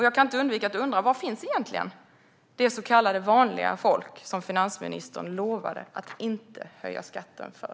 Jag kan inte undvika att undra: Var finns egentligen det så kallade vanliga folk som finansministern lovade att inte höja skatten för?